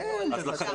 הכול נשאר כמו שהיה.